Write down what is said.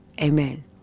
Amen